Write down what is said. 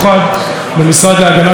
במשרד להגנת הסביבה.